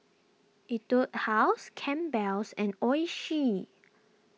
Etude House Campbell's and Oishi